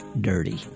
dirty